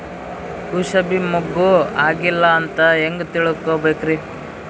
ಕೂಸಬಿ ಮುಗ್ಗ ಆಗಿಲ್ಲಾ ಅಂತ ಹೆಂಗ್ ತಿಳಕೋಬೇಕ್ರಿ?